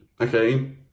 okay